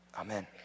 amen